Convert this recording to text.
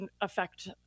affect